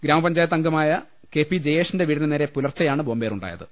ഗ്രാമപഞ്ചായത്ത്ംഗമായ K P ജയേഷിന്റെ വീടിനു നേരെ പുലർച്ചെയാണ് ബോംബേറുണ്ടായ ത്